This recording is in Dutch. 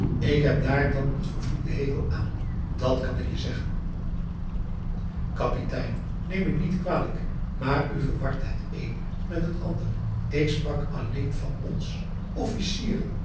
ik heb daar dan n vervloekten hekel aan dàt kan ik zeggen p a daum de van der lindens c s onder ps maurits kapitein neem me niet kwalijk maar u verwart het een met het ander ik sprak alleen van ons officieren